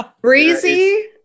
Breezy